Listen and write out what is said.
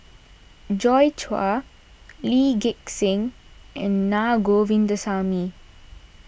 Joi Chua Lee Gek Seng and Naa Govindasamy